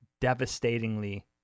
devastatingly